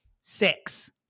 Six